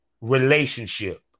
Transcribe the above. relationship